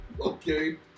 Okay